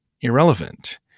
irrelevant